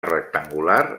rectangular